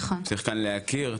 צריך כאן להכיר,